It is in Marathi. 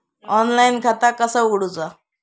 ऑनलाईन खाता कसा उगडूचा?